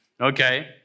Okay